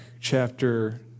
chapter